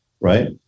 right